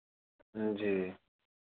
जी